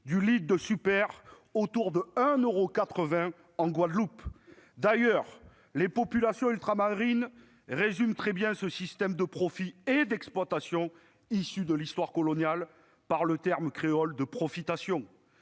tourne autour de 1,80 euro en Guadeloupe. D'ailleurs, les populations ultramarines résument très bien ce système de profit et d'exploitation issu de l'histoire coloniale par le terme créole de « profitation